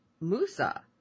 Musa